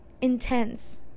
intense